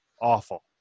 awful